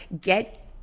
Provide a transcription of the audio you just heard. get